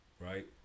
Right